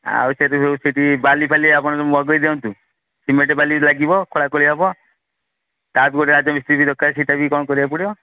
ଆଉ ସେଇଠି ସବୁ ସେଇଠି ବାଲିଫାଲି ଆପଣ ମଗେଇ ଦିଅନ୍ତୁ ସିମେଣ୍ଟ ବାଲି ଲାଗିବ ଖୋଳାଖୋଳି ହେବ ତା'ଠୁ ଗୋଟେ ରାଜମିସ୍ତ୍ରୀ ଦରକାର ସେଇଟା ବି କ'ଣ କରିବାକୁ ପଡ଼ିବ